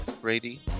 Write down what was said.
Brady